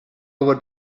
over